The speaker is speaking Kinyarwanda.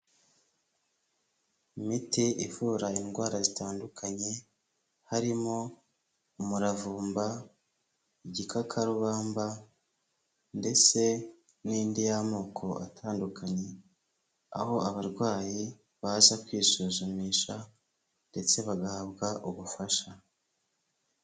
Imiti ivura indwara zitandukanye, harimo umuravumba, igikakarubamba ndetse n'indi y'amoko atandukanye, aho abarwayi baza kwisuzumisha ndetse bagahabwa ubufasha.